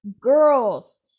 girls